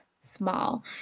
small